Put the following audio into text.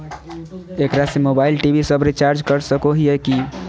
एकरा से mobile TV सब रिचार्ज कर सको हियै की?